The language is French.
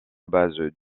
base